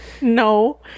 No